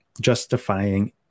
justifying